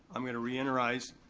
i'm gonna reiterize,